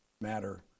matter